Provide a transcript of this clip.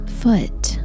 foot